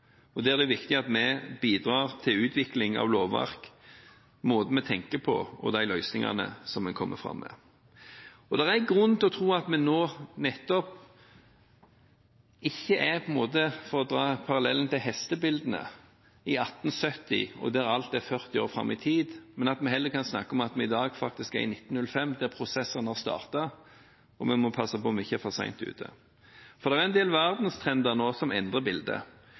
rundt hjørnet. Da er det viktig at vi bidrar til utviklingen av lovverket, måten vi tenker på, og de løsningene som en kommer fram med. Det er grunn til å tro at vi nå nettopp ikke er – for å dra parallellen til hestebildene – i 1870, der alt er 40 år fram i tid, men heller kan snakke om at vi i dag faktisk er i 1905, der prosessene har startet, og vi må passe på at vi ikke er for sent ute. Det er en del verdenstrender nå som endrer bildet. Der vi før sto og skrøt av